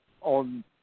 on